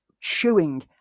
chewing